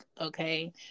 okay